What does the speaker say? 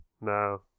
No